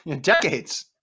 decades